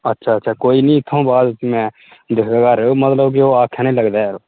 अच्छा अच्छा कोई निं इत्थुआं बाद में दिखगा मतलब आक्खें निं लगदा ऐ ओह्